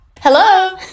Hello